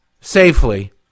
safely